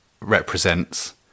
represents